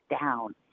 down